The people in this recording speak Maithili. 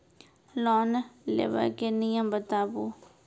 लोन लेबे के नियम बताबू?